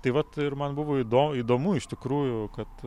tai vat ir man buvo įdo įdomu iš tikrųjų kad